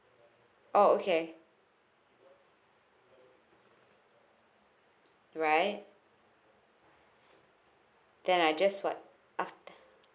oh okay right then I just what af~